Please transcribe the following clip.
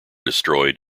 destroyed